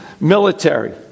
military